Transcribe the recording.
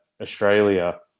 Australia